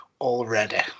already